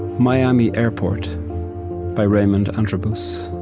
miami airport by raymond antrobus